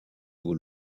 aux